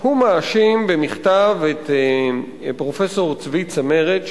מאשים במכתב את פרופסור צבי צמרת,